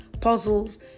puzzles